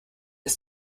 ist